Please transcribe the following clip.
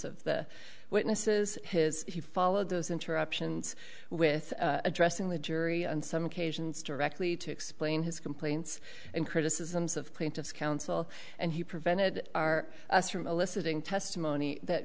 of the witnesses his he followed those interruptions with addressing the jury on some occasions directly to explain his complaints and criticisms of plaintiff's counsel and he prevented our us from eliciting testimony that